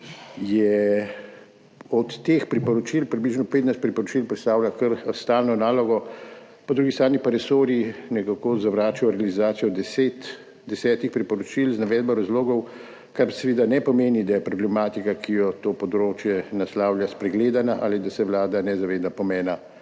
da od teh priporočil približno 15 priporočil predstavlja kar stalno nalogo, po drugi strani pa resorji nekako zavračajo realizacijo 10 priporočil z navedbo razlogov, kar seveda ne pomeni, da je problematika, ki jo to področje naslavlja, spregledana ali da se Vlada ne zaveda pomena